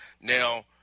Now